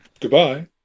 Goodbye